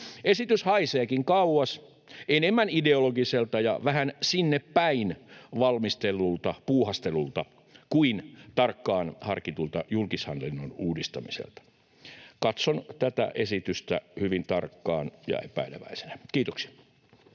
Esitys haiseekin kauas enemmän ideologiselta ja vähän sinnepäin valmistellulta puuhastelulta kuin tarkkaan harkitulta julkishallinnon uudistamiselta. Katson tätä esitystä hyvin tarkkaan ja epäileväisenä. — Kiitoksia.